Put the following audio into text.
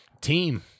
Team